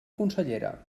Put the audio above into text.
consellera